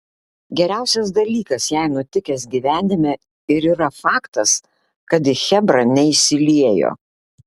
geriausias dalykas jai nutikęs gyvenime ir yra faktas kad į chebrą neįsiliejo